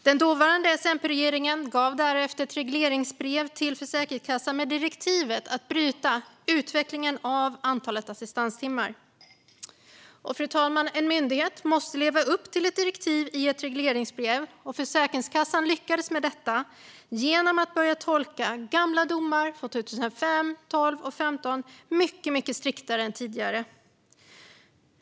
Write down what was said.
Den dåvarande S-MP-regeringen gav därefter ett regleringsbrev till Försäkringskassan med direktivet att bryta utvecklingen av antalet assistanstimmar. Fru talman! En myndighet måste leva upp till ett direktiv i ett regleringsbrev. Försäkringskassan lyckades med detta genom att börja tolka gamla domar från 2005, 2012 och 2015 mycket striktare än tidigare.